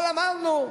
אבל אמרנו,